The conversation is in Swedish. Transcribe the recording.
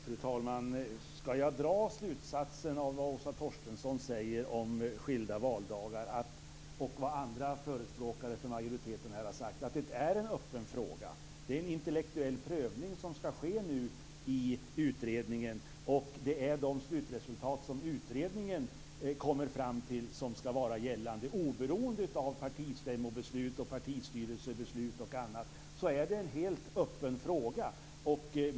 Fru talman! Ska jag av det Åsa Torstensson och andra förespråkare för majoriteten säger om skilda valdagar dra slutsatsen att det är en öppen fråga? Det är en intellektuell prövning som ska ske nu i utredningen. Det är de slutresultat som utredningen kommer fram till som ska vara gällande oberoende av partistämmobeslut, partistyrelsebeslut och annat. Det är en helt öppen fråga.